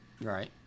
right